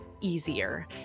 easier